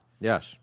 Yes